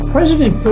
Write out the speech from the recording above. President